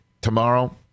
tomorrow